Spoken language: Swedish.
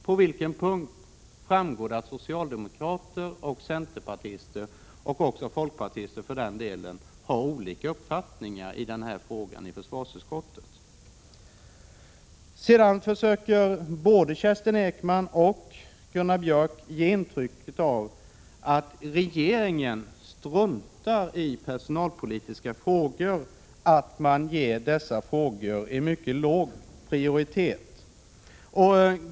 På vilken punkt framgår det att socialdemokrater, centerpartister och även folkpartister i försvarsutskottet har olika uppfattningar i denna fråga? Både Kerstin Ekman och Gunnar Björk försöker ge intrycket av att regeringen struntar i personalpolitiska frågor — att dessa frågor ges mycket låg prioritet.